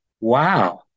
wow